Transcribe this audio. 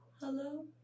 Hello